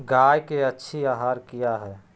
गाय के अच्छी आहार किया है?